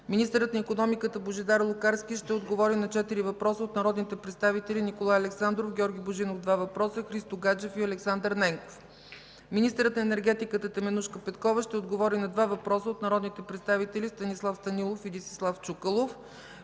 Министърът на икономиката Божидар Лукарски ще отговори на четири въпроса от народните представители Николай Александров, Георги Божинов (два въпроса), Христо Гаджев и Александър Ненков. 11. Министърът на енергетиката Теменужка Петкова ще отговори на два въпроса от народните представители Станислав Станилов, и Десислав Чуколов.